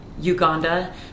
Uganda